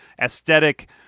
aesthetic